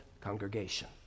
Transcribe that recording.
congregation